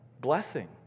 Blessing